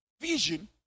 vision